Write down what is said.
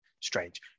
strange